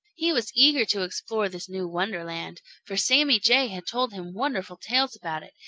he was eager to explore this new wonderland, for sammy jay had told him wonderful tales about it,